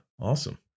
awesome